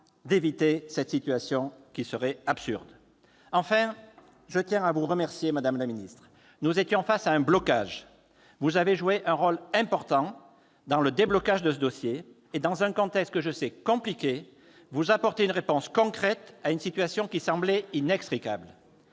d'éviter cette situation absurde ! Enfin, je tiens à vous remercier, madame la ministre. En effet, nous étions face à un blocage et vous avez joué un rôle important dans le déblocage de ce dossier. Dans un contexte que je sais compliqué, vous apportez une réponse concrète à une situation qui semblait inextricable.